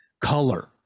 color